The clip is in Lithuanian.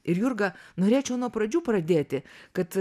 ir jurga norėčiau nuo pradžių pradėti kad